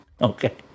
Okay